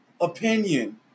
opinion